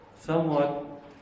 somewhat